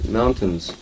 mountains